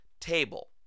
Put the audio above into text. table